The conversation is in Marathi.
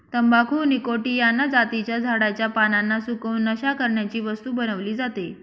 तंबाखू निकॉटीयाना जातीच्या झाडाच्या पानांना सुकवून, नशा करण्याची वस्तू बनवली जाते